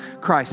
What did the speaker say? Christ